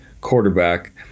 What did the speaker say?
quarterback